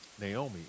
Naomi